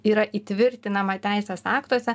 yra įtvirtinama teisės aktuose